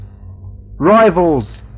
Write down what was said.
rivals